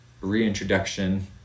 reintroduction